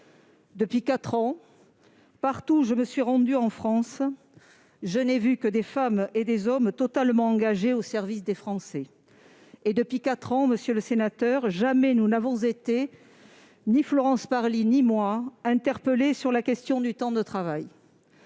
Depuis quatre ans, partout où je me suis rendue en France, je n'ai vu que des femmes et des hommes totalement engagés au service des Français. Depuis quatre ans, monsieur le sénateur, ni Florence Parly ni moi-même n'avons jamais été interpellées sur la question du temps de travail.